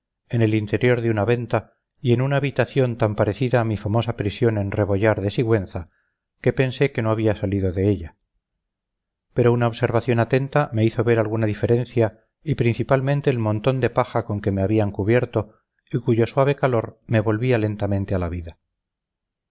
en el interior de una venta y en una habitación tan parecida a mi famosa prisión en rebollar de sigüenza que pensé que no había salido de ella pero una observación atenta me hizo ver alguna diferencia y principalmente el montón de paja con que me habían cubierto y cuyo suave calor me volvía lentamente a la vida